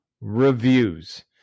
reviews